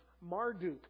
Marduk